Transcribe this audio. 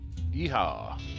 yeehaw